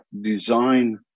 design